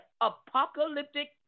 apocalyptic